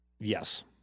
Yes